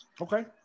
Okay